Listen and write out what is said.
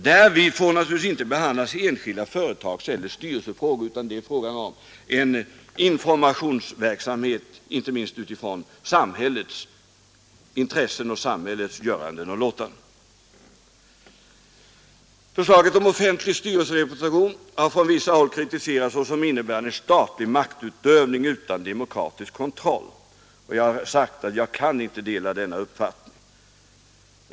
Därvid får naturligtvis inte behandlas enskilda företagseller styrelsefrågor, utan det gäller en informationsverksamhet, inte minst utifrån samhällets intressen och samhällets göranden och låtanden. Förslaget om offentlig styrelserepresentation har från vissa håll kritiserats såsom innebärande statlig maktutövning utan demokratisk kontroll, och jag har sagt att jag inte kan dela denna uppfattning.